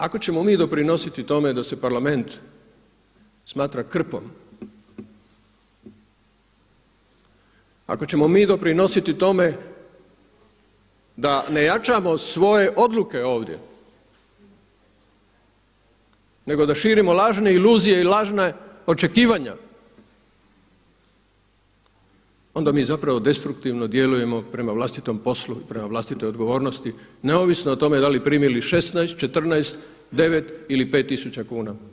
Ako ćemo mi doprinositi tome da se Parlament smatra krpom, ako ćemo mi doprinositi tome da ne jačamo svoje odluke ovdje nego da širimo lažne iluzije i lažna očekivanja onda mi zapravo destruktivno djelujemo prema vlastitom poslu i prema vlastitoj odgovornosti neovisno o tome da li primili 16, 14, 9 ili 5 tisuća kuna.